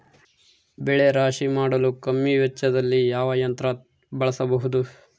ಬೆಳೆ ರಾಶಿ ಮಾಡಲು ಕಮ್ಮಿ ವೆಚ್ಚದಲ್ಲಿ ಯಾವ ಯಂತ್ರ ಬಳಸಬಹುದು?